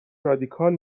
رادیکال